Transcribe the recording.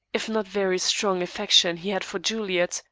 if not very strong, affection he had for juliet,